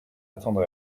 attendre